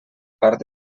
part